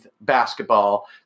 basketball